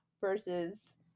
versus